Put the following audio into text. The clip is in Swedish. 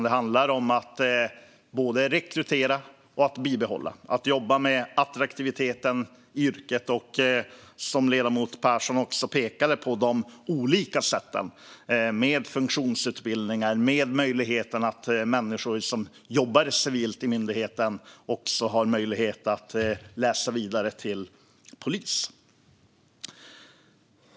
Det handlar om att både rekrytera och bibehålla och att jobba med attraktiviteten i yrket, som ledamoten Pehrson också pekade på. Det kan man göra på olika sätt, exempelvis med funktionsutbildningar och en möjlighet för människor som jobbar civilt i myndigheten att läsa vidare till polis.